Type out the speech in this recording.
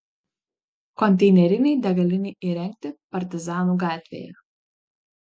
konteinerinei degalinei įrengti partizanų gatvėje